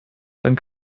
dann